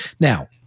Now